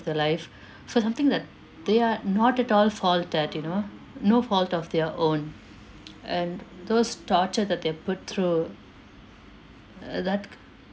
their life for something that they are not at all fault at you know no fault of their own and those torture that they're put through uh that